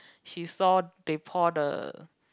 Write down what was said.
she saw they pour the